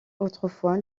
autrefois